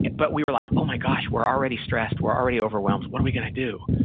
but we were like, oh my gosh, we're already stressed. we're already overwhelmed. what are we gonna do?